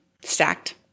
Stacked